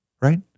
right